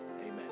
Amen